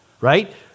right